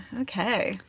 okay